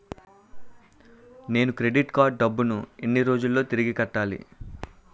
నేను credit card డబ్బును ఎన్ని రోజుల్లో తిరిగి కట్టాలి?